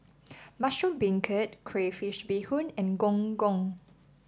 Mushroom Beancurd Crayfish Beehoon and Gong Gong